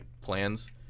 plans